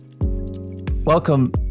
Welcome